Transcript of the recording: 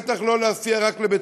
בטח לא רק בשבי להסיע לבית-ספר.